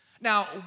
Now